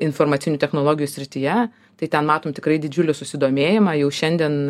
informacinių technologijų srityje tai ten matom tikrai didžiulį susidomėjimą jau šiandien